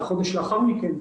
בחודש לאחר מכן.